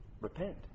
repent